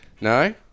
No